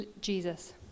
Jesus